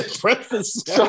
breakfast